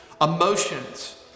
Emotions